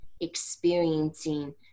experiencing